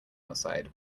outside